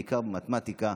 בעיקר במתמטיקה.